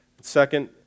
Second